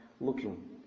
looking